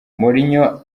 mourinho